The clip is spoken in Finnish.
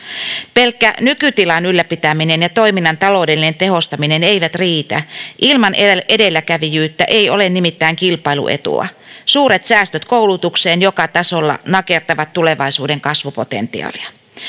pelkkä nykytilan ylläpitäminen ja toiminnan taloudellinen tehostaminen eivät riitä ilman edelläkävijyyttä ei ole nimittäin kilpailuetua suuret säästöt koulutukseen joka tasolla nakertavat tulevaisuuden kasvupotentiaalia